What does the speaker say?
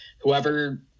whoever